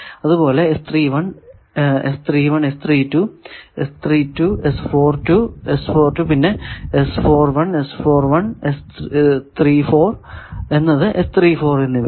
അതുപോലെ പിന്നെ എന്നത് എന്നിവയും